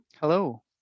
hello